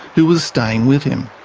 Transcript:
who was staying with him.